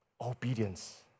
Obedience